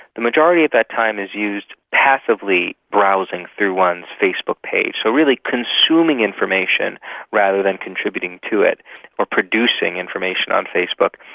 the majority of that time is used passively browsing through one's facebook page, so really consuming information rather than contributing to it or producing information on facebook.